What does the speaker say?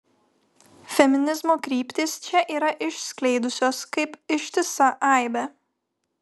feminizmo kryptys čia yra išskleidusios kaip ištisa aibė